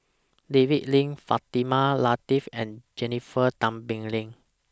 David Lim Fatimah Lateef and Jennifer Tan Bee Leng